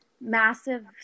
massive